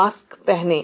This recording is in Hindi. मास्क पहनें